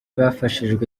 bafashijwe